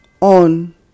on